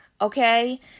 okay